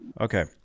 okay